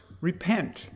repent